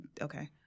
okay